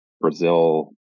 brazil